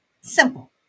Simple